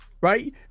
right